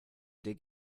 dig